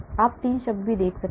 आप 3 शब्द भी देख सकते हैं